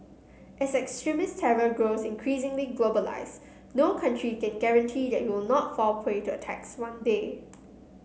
as extremist terror grows increasingly globalised no country can guarantee that it will not fall prey to attacks one day